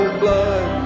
blood